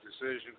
decision